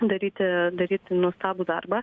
daryti daryti nuostabų darbą